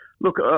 Look